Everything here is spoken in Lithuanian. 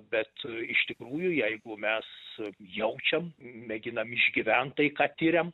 bet iš tikrųjų jeigu mes jaučiam mėginam išgyvent tai ką tiriam